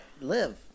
live